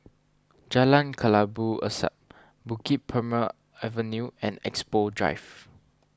Jalan Kelabu Asap Bukit Purmei Avenue and Expo Drive